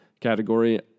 category